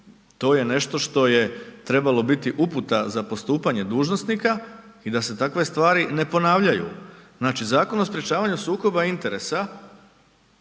to je nešto što je trebalo biti uputa za postupanje dužnosnika i da se takve stvari ne ponavljaju. Znači Zakon o sprječavanju sukoba interesa